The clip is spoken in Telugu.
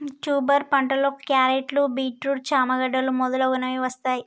ట్యూబర్ పంటలో క్యారెట్లు, బీట్రూట్, చామ గడ్డలు మొదలగునవి వస్తాయ్